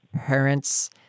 parents